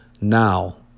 Now